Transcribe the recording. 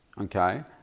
okay